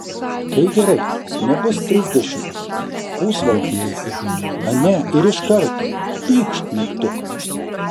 tai gerai nebus trisdešimt pusvalandis ane ir iš karto pykšt mygtuką